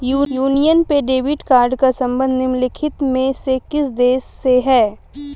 Union पे debit card का संबंध निम्नलिखित में से किस देश से है?